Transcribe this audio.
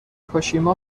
کاشیما